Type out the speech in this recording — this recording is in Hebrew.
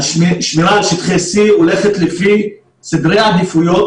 השמירה על שטחי C הולכת לפי סדרי העדיפויות